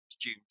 June